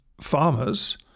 farmers